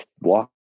walk